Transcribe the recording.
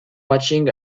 watching